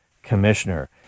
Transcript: Commissioner